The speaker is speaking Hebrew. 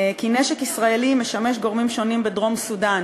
כי נשק ישראלי משמש גורמים שונים בדרום-סודאן.